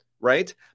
Right